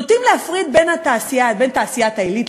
נוטים להפריד בין תעשיית העילית,